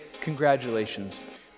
congratulations